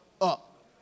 up